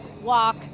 walk